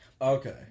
Okay